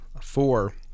four